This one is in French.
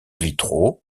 vitraux